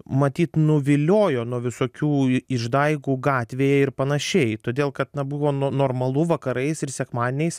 matyt nuviliojo nuo visokių i išdaigų gatvėje ir panašiai todėl kad na buvo no normalu vakarais ir sekmadieniais